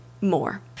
more